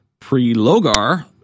Prelogar